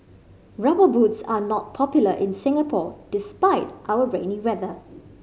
Rubber Boots are not popular in Singapore despite our rainy weather